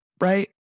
right